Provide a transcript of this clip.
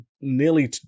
nearly